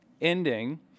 ending